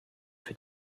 für